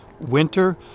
winter